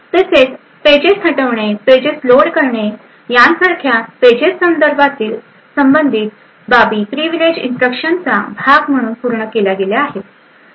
तसेच पेजेस हटविणे pages load करणे यासारख्या पेजेससंदर्भातील बाबी प्रिविलेज इन्स्ट्रक्शनसचा भाग म्हणून पूर्ण केल्या आहेत